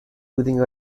using